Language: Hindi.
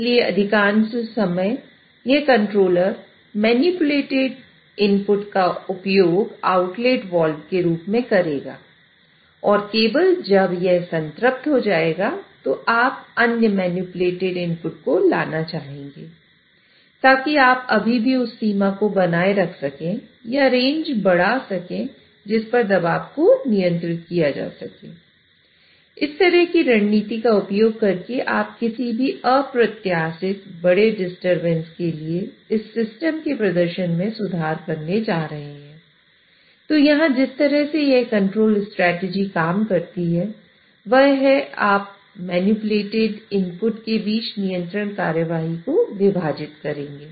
इसलिए अधिकांश समय यह कंट्रोलर मैनिपुलेटेड इनपुट करेंगे